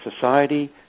society